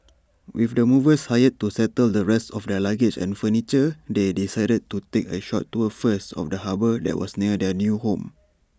with the movers hired to settle the rest of their luggage and furniture they decided to take A short tour first of the harbour that was near their new home